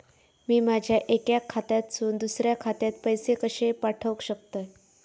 मी माझ्या एक्या खात्यासून दुसऱ्या खात्यात पैसे कशे पाठउक शकतय?